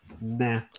nah